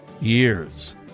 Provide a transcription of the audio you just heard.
years